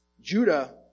Judah